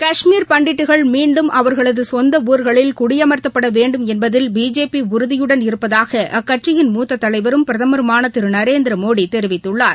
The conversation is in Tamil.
காஷ்மீர் பண்டிட்டுகள் மீண்டும் அவர்களது சொந்த ஊர்களில் குடியமர்த்தப்பட வேண்டும் என்பதில் பிஜேபி உறுதியுடன் இருப்பதாக அக்கட்சியின் மூத்த தலைவரும் பிரதமருமான திரு நரேந்திரமோடி தெரிவித்துள்ளார்